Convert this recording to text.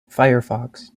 firefox